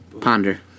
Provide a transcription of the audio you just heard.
Ponder